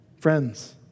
Friends